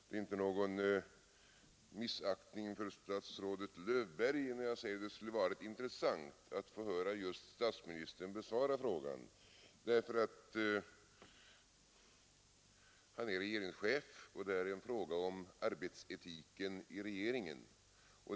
Det är inte någon missaktning för statsrådet Löfberg när jag säger att det skulle ha varit intressant att få höra just statsministern besvara frågan, ty statsministern är regeringschef, och detta är en fråga om arbetsetiken i regeringen.